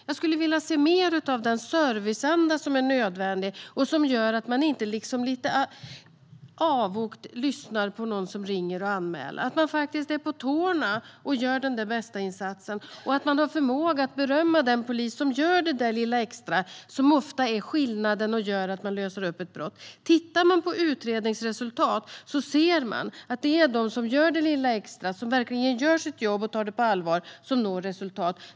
Jag skulle vilja se mer av den serviceanda som är nödvändig så att man inte lite avogt lyssnar på någon som ringer och anmäler utan faktiskt är på tårna och gör den där bästa insatsen och har förmåga att berömma den polis som gör det där lilla extra som ofta är skillnaden och som gör att man löser ett brott. Tittar man på utredningsresultat ser man att det är de som gör det lilla extra, som verkligen gör sitt jobb och tar det på allvar, som når resultat.